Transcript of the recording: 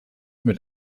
mit